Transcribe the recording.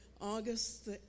August